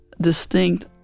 distinct